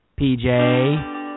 PJ